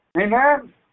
Amen